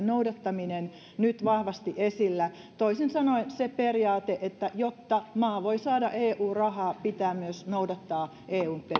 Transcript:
noudattaminen nyt vahvasti esillä toisin sanoen se periaate että jotta maa voi saada eu rahaa pitää myös noudattaa eun